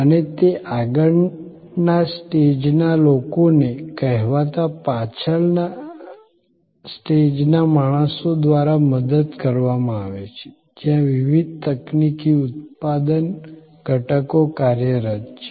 અને તે આગળના સ્ટેજ ના લોકો ને કહેવાતા પાછલા સ્ટેજ ના માણસો દ્વારા મદદ કરવામાં આવે છે જ્યાં વિવિધ તકનીકી ઉત્પાદન ઘટકો કાર્યરત છે